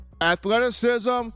athleticism